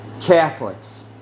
Catholics